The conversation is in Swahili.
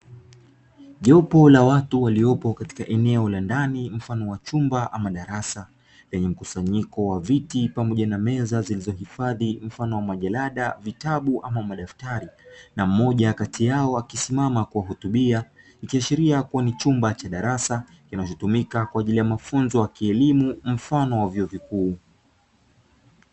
Jopo la watu waliopo katika eneo la ndani mfano wa chumba ama darasa lenye mkusanyiko wa viti pamoja na meza, zilizohifadhi mfano wa majarada, vitabu ama madafari na mmoja kati yao akisimama kuwahutubia, ikiashiria kuwa ni chumba cha darasa kinachotumika kwa ajili ya mafunzo ya kielimu mfano wa vyuo vikuu.